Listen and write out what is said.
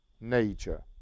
nature